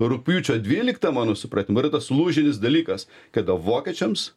rugpjūčio dvylikta mano supratimu yra tas lūžinis dalykas kada vokiečiams